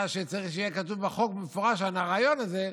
שצריך להיות כתוב במפורש הרעיון הזה,